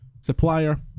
supplier